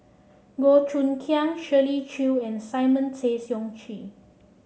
Goh Choon Kang Shirley Chew and Simon Tay Seong Chee